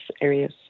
areas